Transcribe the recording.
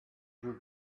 you